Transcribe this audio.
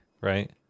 right